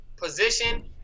position